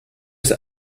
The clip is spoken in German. ist